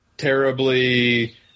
Terribly